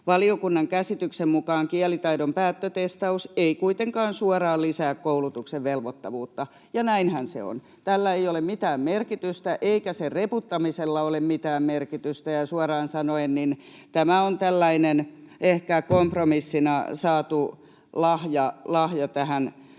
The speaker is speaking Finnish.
”valiokunnan käsityksen mukaan kielitaidon päättötestaus ei kuitenkaan suoraan lisää koulutuksen velvoittavuutta”, ja näinhän se on. Tällä ei ole mitään merkitystä, eikä sen reputtamisella ole mitään merkitystä, ja suoraan sanoen tämä on tällainen ehkä kompromissina saatu lahja tähän